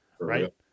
Right